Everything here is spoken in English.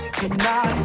tonight